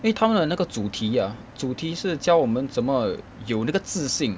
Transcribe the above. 因为他们的那个主题 ah 主题是教我们怎么有那个自信